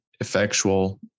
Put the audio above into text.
effectual